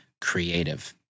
creative